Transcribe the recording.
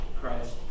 Christ